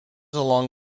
along